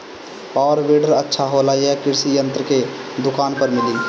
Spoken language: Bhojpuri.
पॉवर वीडर अच्छा होला यह कृषि यंत्र के दुकान पर मिली?